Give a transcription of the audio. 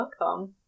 welcome